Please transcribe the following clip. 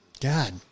God